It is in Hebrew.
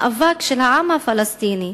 המאבק של העם הפלסטיני